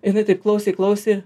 jinai taip klausė klausė